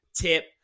tip